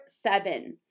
seven